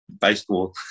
Baseball